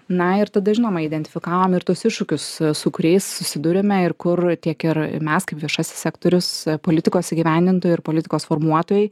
na ir tada žinoma identifikavom ir tuos iššūkius su kuriais susiduriame ir kur tiek ir mes kaip viešasis sektorius politikos įgyvendintojai ir politikos formuotojai